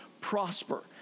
prosper